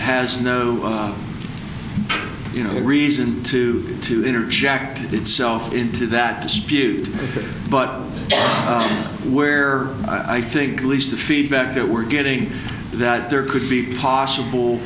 has no you know reason to to interject itself into that dispute but where i think least the feedback that we're getting that there could be possible